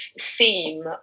theme